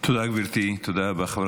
תודה, גברתי, תודה רבה.